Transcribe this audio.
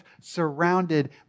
surrounded